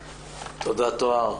תודה, טוהר.